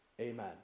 Amen